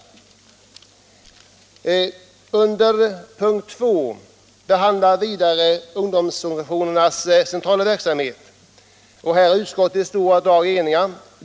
Under punkten 2 behandlas ungdomsorganisationernas centrala verksamhet. Här är utskottet i stora drag enigt.